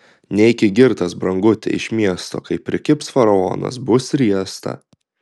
neiki girtas branguti iš miesto kai prikibs faraonas bus riesta